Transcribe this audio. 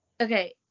Okay